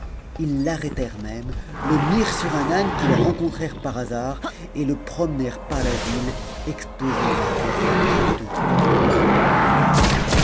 ils l'arrêtèrent même le mirent sur un âne qu'ils rencontrèrent par hasard et le promenèrent par la ville exposé à la risée de toute la populace